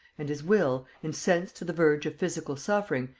and his will, incensed to the verge of physical suffering,